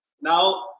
Now